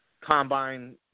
Combine